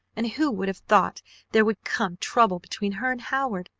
and who would have thought there would come trouble between her and howard,